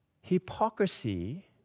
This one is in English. Hypocrisy